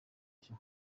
gushya